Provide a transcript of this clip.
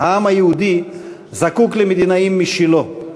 העם היהודי זקוק למדינאים משלו,